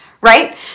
right